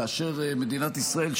כאשר מדינת ישראל,